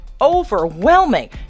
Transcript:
overwhelming